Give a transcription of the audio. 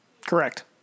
Correct